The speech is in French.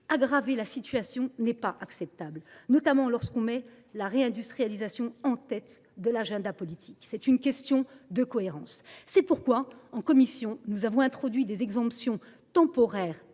Aggraver la situation n’est pas acceptable, notamment lorsque l’on met la réindustrialisation en tête de l’agenda politique. C’est une question de cohérence. C’est pourquoi, en commission, nous avons introduit des exemptions temporaires